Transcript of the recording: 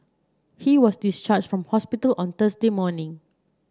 he was discharged from hospital on Thursday morning